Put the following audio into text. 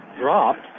dropped